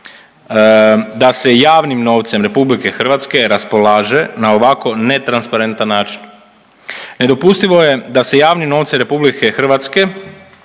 da se javnim novcem RH raspolaže na ovako netransparentan način, nedopustivo je da se javnim novcem RH ne ulazeći